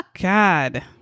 God